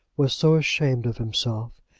was so ashamed of himself,